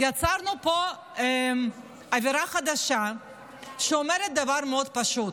יצרנו פה עבירה חדשה שאומרת דבר מאוד פשוט: